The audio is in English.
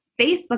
Facebook